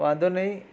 વાંધો નહીં